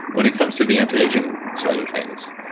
when it comes to the antiaging side of things,